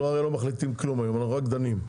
אנחנו לא מחליטים כלום היום, אנחנו רק דנים.